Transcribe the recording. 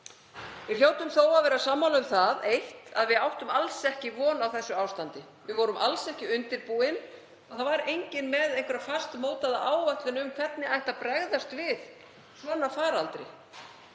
Við hljótum þó að vera sammála um það eitt að við áttum alls ekki von á þessu ástandi. Við vorum alls ekki undirbúin og það var enginn með fastmótaða áætlun um hvernig ætti að bregðast við svona faraldri.